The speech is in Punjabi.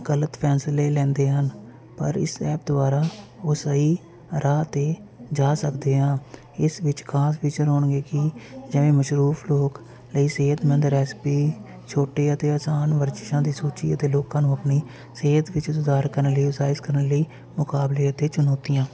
ਗਲਤ ਫੈਸਲੇ ਲੈਂਦੇ ਹਨ ਪਰ ਇਸ ਐਪ ਦੁਆਰਾ ਉਹ ਸਹੀ ਰਾਹ 'ਤੇ ਜਾ ਸਕਦੇ ਹਾਂ ਇਸ ਵਿੱਚ ਖ਼ਾਸ ਫੀਚਰ ਹੋਣਗੇ ਕਿ ਜਿਵੇਂ ਮਸ਼ਰੂਫ ਲੋਕ ਲਈ ਸਿਹਤ ਮੰਦ ਰੈਸਪੀ ਛੋਟੇ ਅਤੇ ਆਸਾਨ ਵਰਜਿਸ਼ਾਂ ਦੀ ਸੂਚੀ ਅਤੇ ਲੋਕਾਂ ਨੂੰ ਆਪਣੀ ਸਿਹਤ ਵਿੱਚ ਸੁਧਾਰ ਕਰਨ ਲਈ ਉਤਸ਼ਾਹਿਤ ਕਰਨ ਲਈ ਮੁਕਾਬਲੇ ਅਤੇ ਚੁਣੌਤੀਆਂ